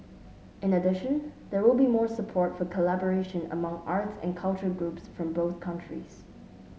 in addition there will be more support for collaboration among arts and culture groups from both countries